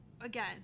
again